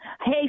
Hey